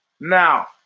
Now